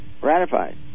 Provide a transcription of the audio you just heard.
ratified